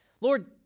Lord